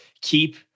keep